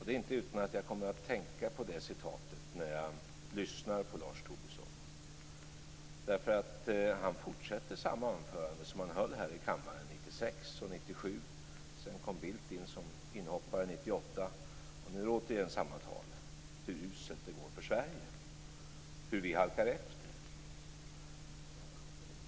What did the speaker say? Det är inte utan att jag kommer att tänka på det citatet när jag lyssnar på Lars Tobisson. Han fortsätter samma anförande som han höll här i kammaren 1996 och 1997. Sedan kom Bildt in som inhoppare 1998. Nu är det återigen samma tal om hur uselt det går för Sverige, om hur vi halkar efter.